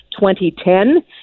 2010